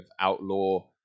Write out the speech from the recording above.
outlaw